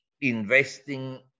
investing